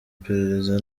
iperereza